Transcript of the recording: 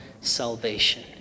salvation